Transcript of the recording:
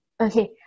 okay